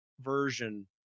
version